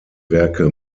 werke